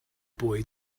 boy